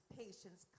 patience